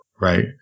right